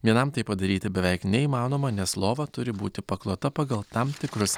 vienam tai padaryti beveik neįmanoma nes lova turi būti paklota pagal tam tikrus